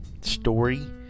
story